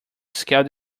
scaled